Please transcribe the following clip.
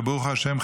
שברוך השם,